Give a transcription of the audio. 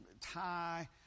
tie